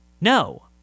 No